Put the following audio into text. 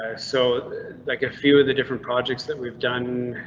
so like a few of the different projects that we've done,